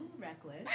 reckless